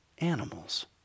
animals